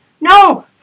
No